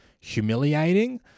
humiliating